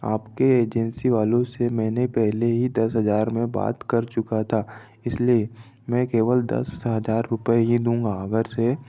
आपके एजेंसी वालों से मैंने पहले ही दस हजार में बात कर चुका था इसलिए मैं केवल दस हजार रुपए ही दूँगा अगर से